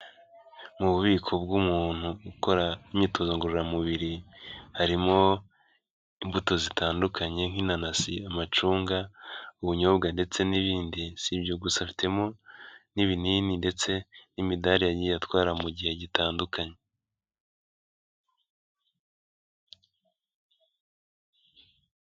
Mu bubiko bw'umuntu ukora imyitozo ngororamubiri harimo imbuto zitandukanye nk'inanasi, amacunga, ubunyobwa ndetse n'ibindi, si ibyo gusa afitemo n'ibinini ndetse n'imidari yagiye atwara mu gihe gitandukanye.